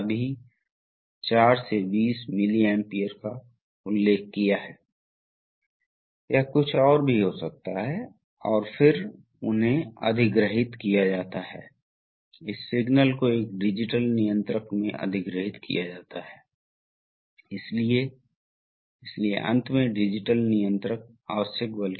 यदि आप स्विच का संचालन करते हैं तो यह लाइन बंद हो जाती है और यह स्विच यंत्रवत् रूप से रॉड के अंत तक संचालित होता है